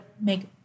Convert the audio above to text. make